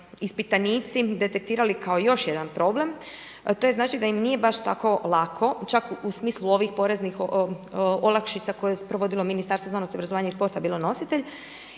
ispitanici detektirali kao još jedan problem, a to je znači da im nije baš tako lako čak u smislu ovih poreznih olakšica koje je sprovodilo Ministarstvo znanosti, obrazovanja i sporta bilo nositelj.